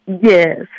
Yes